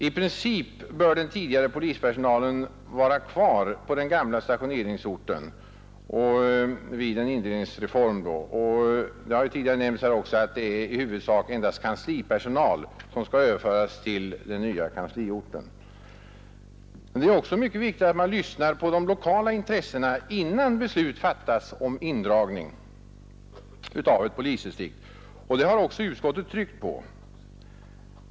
Som förut nämnts bör den tidigare polispersonalen vara kvar på den gamla stationeringsorten vid en indelningsreform och endast kanslipersonal överföras till den nya kansliorten. Det är också mycket viktigt att man lyssnar på de lokala intressena innan beslut fattas om indragning av polisdistrikt, och det har också utskottet tryckt på.